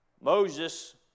Moses